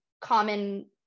common